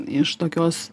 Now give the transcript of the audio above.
iš tokios